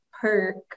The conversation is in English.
perk